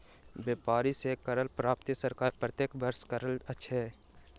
व्यापारी सॅ करक प्राप्ति सरकार प्रत्येक वर्ष करैत अछि